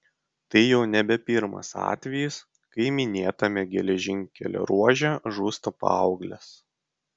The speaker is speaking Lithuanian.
tai jau nebe pirmas atvejis kai minėtame geležinkelio ruože žūsta paauglės